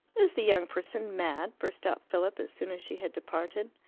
is the young person mad? burst out philip as soon as she had departed.